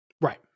Right